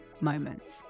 moments